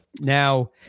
Now